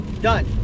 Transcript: done